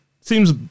Seems